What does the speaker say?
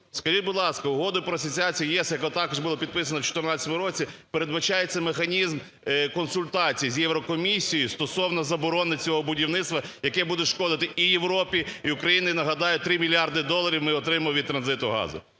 Скажіть, будь ласка, Угодою про асоціацію з ЄС, яка також була підписана в 14 році, передбачається механізм консультацій з Єврокомісією стосовно заборони цього будівництва, яке буде шкодити і Європі, і Україні. Нагадаю, 3 мільярди доларів ми отримуємо від транзиту газу.